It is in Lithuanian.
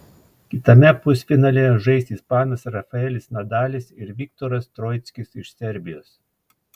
kitame pusfinalyje žais ispanas rafaelis nadalis ir viktoras troickis iš serbijos